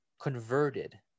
converted